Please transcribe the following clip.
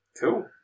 Cool